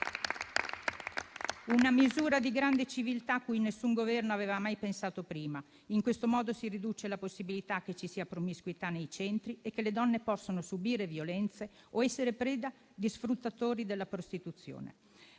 una misura di grande civiltà, cui nessun Governo aveva mai pensato prima. In questo modo, si riduce la possibilità di promiscuità nei centri e che le donne possano subire violenze o essere preda di sfruttatori della prostituzione,